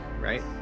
right